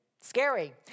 scary